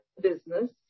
business